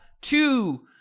two